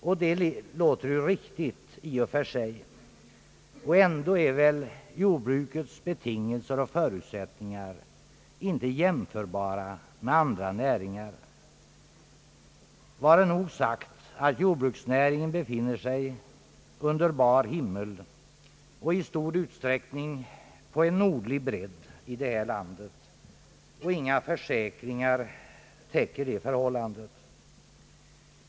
Ja, det låter ju riktigt i och för sig, och ändå är jordbrukets betingelser och förutsättningar inte jämförbara med andra näringar. Vare nog sagt, att jordbruksnäringen befinner sig under bar himmel och i stor utsträckning på en nordlig bredd i det här landet. Inga försäkringar täcker det förhållandet.